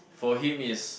for him is